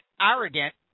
arrogant